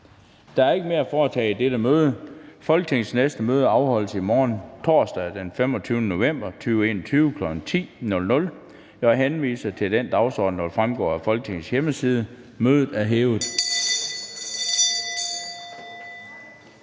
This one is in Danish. Der er ikke mere at foretage i dette møde. Folketingets næste møde afholdes i morgen, torsdag den 25. november 2021, kl. 10.00. Jeg henviser til den dagsorden, der vil fremgå af Folketingets hjemmeside. Mødet er hævet.